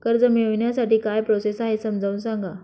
कर्ज मिळविण्यासाठी काय प्रोसेस आहे समजावून सांगा